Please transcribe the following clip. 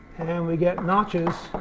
and we get notches